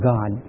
God